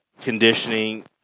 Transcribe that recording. conditioning